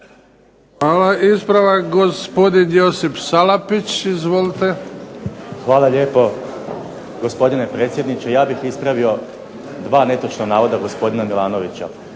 Hvala. Ispravak gospodin Josip Salapić. Izvolite. **Salapić, Josip (HDZ)** Hvala lijepo. Gospodine predsjedniče ja bih ispravio dva netočna navoda gospodina Milanović.